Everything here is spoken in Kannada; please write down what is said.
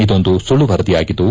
ಇದೊಂದು ಸುಳ್ಳು ವರದಿಯಾಗಿದ್ದು